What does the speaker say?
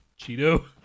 Cheeto